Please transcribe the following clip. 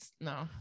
no